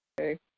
okay